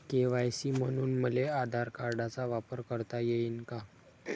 KYC म्हनून मले आधार कार्डाचा वापर करता येईन का?